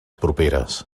properes